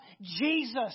Jesus